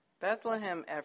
Bethlehem